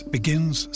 Begins